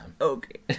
Okay